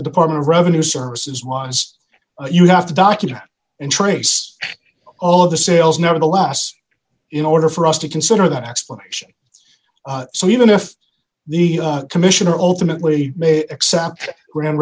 the department of revenue services was you have to document and trace all of the sales nevertheless in order for us to consider that explanation so even if the commission or alternately may accept grand